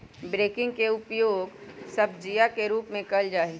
broccoli के उपयोग सब्जीया के रूप में कइल जाहई